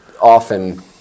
often